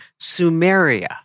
Sumeria